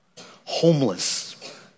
homeless